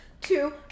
Two